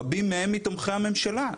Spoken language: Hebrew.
רבים מהם מתומכי הממשלה,